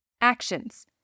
Actions